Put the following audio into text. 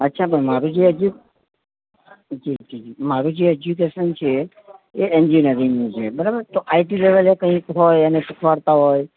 અચ્છા મેમ મારું જે એજ્યુ છે જી જી મારું જે એજ્યુકેશન છે એ એન્જીન્યરીંગનું છે બરાબર તો આઈ ટી લેવલે કંઈક હોય અને શીખવાડતા હોય